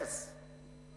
אפס.